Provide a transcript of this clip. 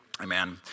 Amen